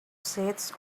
seats